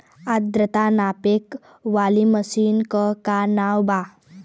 आद्रता नापे वाली मशीन क का नाव बा?